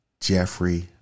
Jeffrey